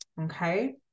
okay